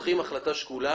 מקבלים החלטה שקולה